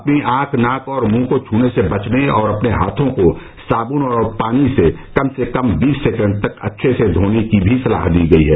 अपनी आंख नाक और मुंह को छूने से बचने और अपने हाथों को साब्न और पानी से कम से कम बीस सेकेण्ड तक अच्छे से धोने की भी सलाह दी गई है